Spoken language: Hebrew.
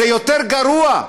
זה יותר גרוע,